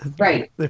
Right